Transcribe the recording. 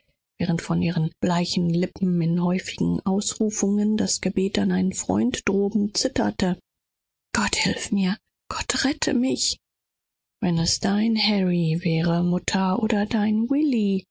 während von ihren bleichen lippen häufige anrufe an einen freund im himmel flossen gott hilf mir gott rette mich wenn es dein harry wäre mutter oder dein william